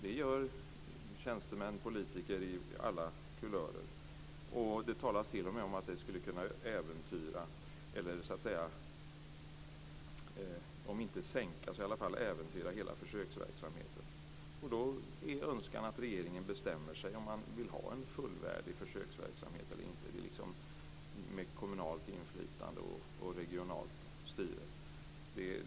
Det gör tjänstemän och politiker av alla kulörer. Det talas t.o.m. om att det skulle kunna om inte sänka så i alla fall äventyra hela verksamheten. Då är önskan att regeringen bestämmer sig för om man vill ha en fullvärdig försöksverksamhet med kommunalt inflytande och regionalt styre eller inte.